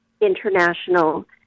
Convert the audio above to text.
international